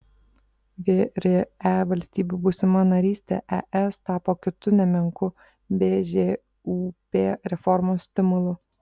vre valstybių būsima narystė es tapo kitu nemenku bžūp reformos stimulu